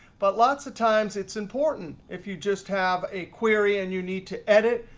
but lots of times it's important. if you just have a query and you need to edit,